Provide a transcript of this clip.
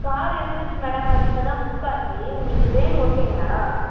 car இருந்துச்சு madam அது இப்போதான் புக் ஆச்சி உங்களுக்கு வேன் ஓகேங்களா